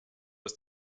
was